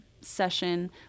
session